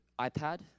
iPad